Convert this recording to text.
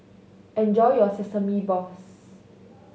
enjoy your sesame balls